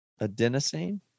adenosine